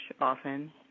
often